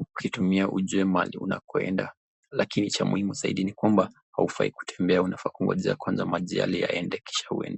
ukitumia ujue mahali unakoenda lakini ,cha muhimu zaidi ni kwamba haufai kutembea, unafaa kungojea kwanza maji yale yaende kisha uende.